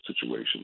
situation